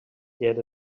get